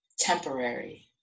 Temporary